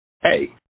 hey